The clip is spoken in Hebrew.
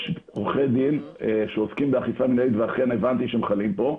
יש עורכי דין שעוסקים באכיפה מנהלית ואכן הבנתי שהם חלים פה,